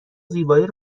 زیبایی